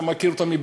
אתה מכיר אותם,